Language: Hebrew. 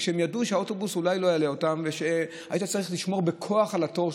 כשהם ידעו שהאוטובוס אולי לא יעלה אותם והיו צריכים לשמור בכוח על התור,